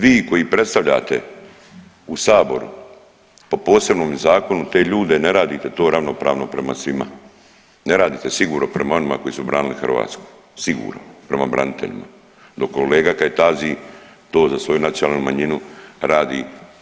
Međutim vi koji predstavljate u saboru po posebnom zakonu te ljude ne radite to ravnopravno prema svima, ne radite sigurno prema onima koji su branili Hrvatsku, sigurno prema braniteljima, dok kolega Kajtazi to za svoju nacionalnu manjinu radi.